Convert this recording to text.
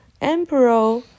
emperor